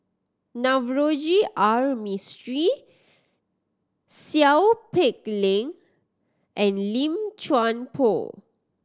Navroji R Mistri Seow Peck Leng and Lim Chuan Poh